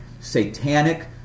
satanic